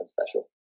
special